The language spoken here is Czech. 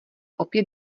opět